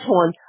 one